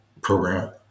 program